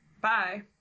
Bye